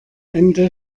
ende